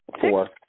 Four